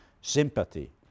sympathy